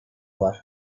var